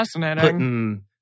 putting